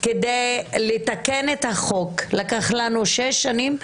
כדי לתקן את החוק לקח לנו שש שנים,